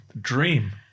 Dream